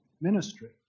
ministry